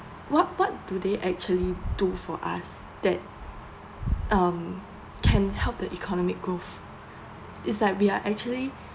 what what do they actually do for us that um can help the economic growth it's that we are actually